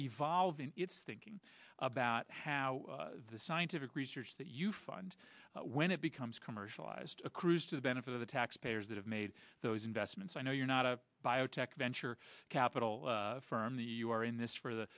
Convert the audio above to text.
evolve in its thinking about how the scientific research that you fund when it becomes commercialized accrues to the benefit of the taxpayers that have made those investment i know you're not a biotech venture capital firm the you are in this for the